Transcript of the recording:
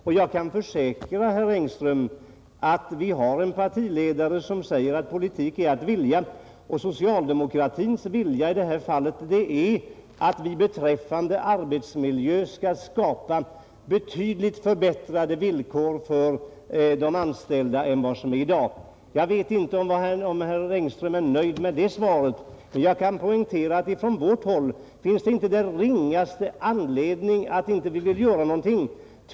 Det är riktigt, herr Engström, att vi har en partiledare som säger att politik är att vilja, och jag kan försäkra att socialdemokratins vilja i detta fall är att skapa betydligt förbättrade villkor för arbetsmiljön och de anställda än vad fallet är i dag. Jag vet inte om herr Engström är nöjd med det svaret, men jag kan försäkra att från vårt håll finns det inte den ringaste anledning att inte vilja göra någonting.